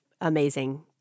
amazing